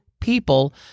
people